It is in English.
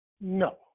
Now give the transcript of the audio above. No